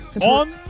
On